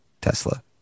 Tesla